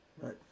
Right